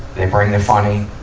they bring the funny.